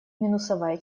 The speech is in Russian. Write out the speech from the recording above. минусовая